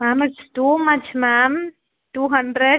ma'am its too much ma'am two hundred